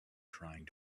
trying